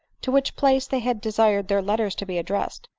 to which place they had desired their letters to be addressed,